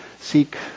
seek